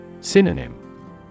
Synonym